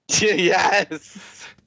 Yes